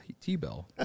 T-Bell